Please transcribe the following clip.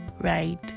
right